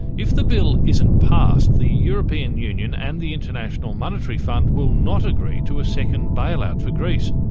if the bill isn't passed, the european union and the international monetary fund will not agree to a second bailout for greece.